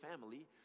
family